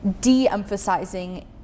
de-emphasizing